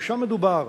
ושם מדובר,